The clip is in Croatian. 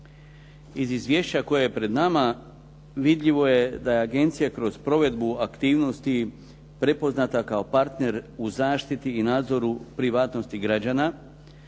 Iz izvješća koje je pred nama vidljivo je da je agencija kroz provedbu aktivnosti prepoznata kao partner u zaštiti i nadzoru privatnosti građana,